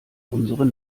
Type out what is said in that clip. unsere